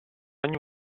ogni